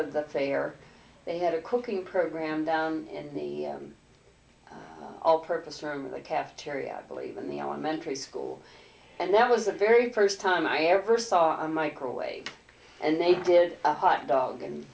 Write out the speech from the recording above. of the fair they had a cooking program down in the all purpose family cafeteria believe in the elementary school and that was the very first time i ever saw a microwave and they did a hot dog and